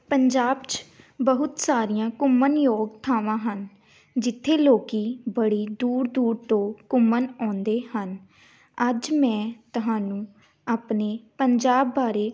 ਪੰਜਾਬ 'ਚ ਬਹੁਤ ਸਾਰੀਆਂ ਘੁੰਮਣਯੋਗ ਥਾਵਾਂ ਹਨ ਜਿੱਥੇ ਲੋਕ ਬੜੀ ਦੂਰ ਦੂਰ ਤੋਂ ਘੁੰਮਣ ਆਉਂਦੇ ਹਨ ਅੱਜ ਮੈਂ ਤਹਾਨੂੰ ਆਪਣੇ ਪੰਜਾਬ ਬਾਰੇ